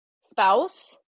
spouse